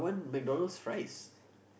<S<